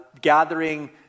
gathering